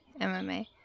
MMA